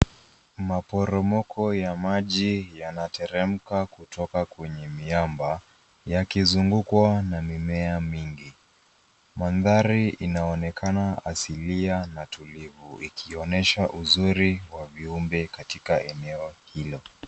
Maporomoko ya maji yanateremka kutoka kwenye miamba yakizungukwa na mimea mingi. Mandhari inaonekana asilia na tulivu ikionyesha uzuri wa viumbe katika eneo hilo.